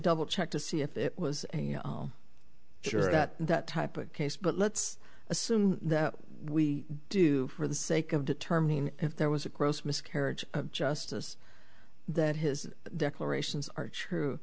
double check to see if it was sure that that type of case but let's assume that we do for the sake of determining if there was a gross miscarriage of justice that his declarations are true